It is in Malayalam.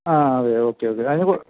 ആ അതേ ഓക്കേ ഓക്കെ അതിനു കൊ